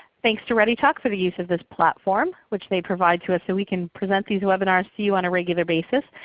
thanks to readytalk for the use of this platform, which they provide to us, so we can present these webinars to you on a regular basis.